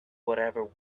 whatever